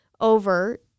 over